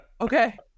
okay